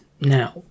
Now